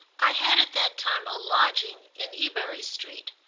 i had at that time a lodging in ebury street,